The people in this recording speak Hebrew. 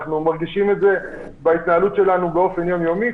אנחנו מרגישים את זה בהתנהלות שלנו באופן יומיומי.